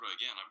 again